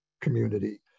community